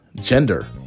gender